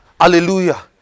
Hallelujah